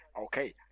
okay